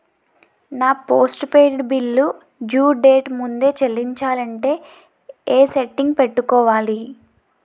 నా post paid bill due date ముందే చెల్లించాలంటే ఎ సెట్టింగ్స్ పెట్టుకోవాలి?